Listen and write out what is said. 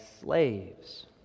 slaves